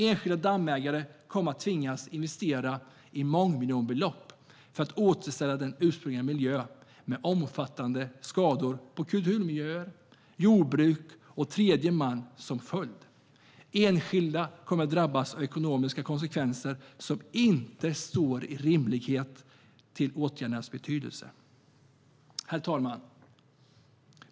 Enskilda dammägare kommer att tvingas investera mångmiljonbelopp för att återställa den ursprungliga miljön, med omfattande skador på kulturmiljö, jordbruk och tredje man som följd. Enskilda kommer att drabbas av ekonomiska konsekvenser som inte står i rimlig proportion till åtgärdernas betydelse. Herr talman!